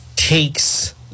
takes